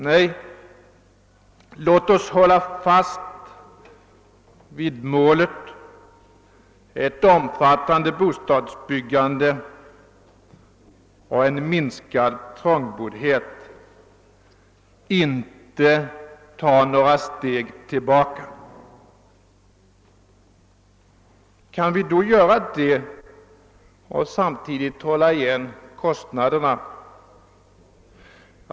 Nej, låt oss hålla fast vid målet; ett omfattande bostadsbyggande och en minskad trångboddhet, inte ta några steg tillbaka. Kan vi då göra det och samtidigt hålla igen när det gäller kostnaderna?